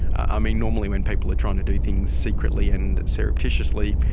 i mean, normally when people are trying to do things secretly and surreptitiously,